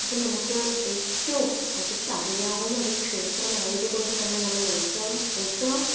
അപ്പോൾ നമുക്ക് ഏറ്റവും അടുത്തറിയാവുന്ന ഒരു ക്ഷേത്രമായതുകൊണ്ട് തന്നെ നമ്മൾ ഉത്സവം ഉത്സവം